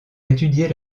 étudier